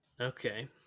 Okay